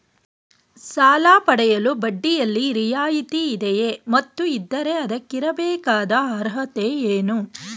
ಸಾಲ ಪಡೆಯಲು ಬಡ್ಡಿಯಲ್ಲಿ ರಿಯಾಯಿತಿ ಇದೆಯೇ ಮತ್ತು ಇದ್ದರೆ ಅದಕ್ಕಿರಬೇಕಾದ ಅರ್ಹತೆ ಏನು?